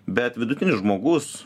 bet vidutinis žmogus